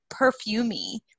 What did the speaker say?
perfumey